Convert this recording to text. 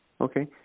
okay